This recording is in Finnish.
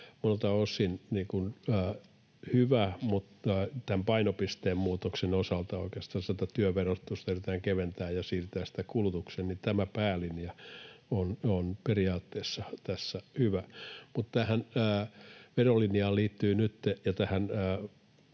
monelta osin hyvä, mutta tämän painopisteen muutoksen osalta oikeastansa tätä työn verotusta yritetään keventää ja siirtää sitä kulutukseen. Tämä päälinja tässä on periaatteessa hyvä. Mutta tähän verolinjaan ja tähän